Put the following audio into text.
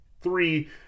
three